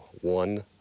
one